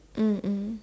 mm mm